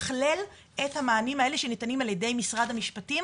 לתכלל את המענים האלה שניתנים על ידי משרד המשפטים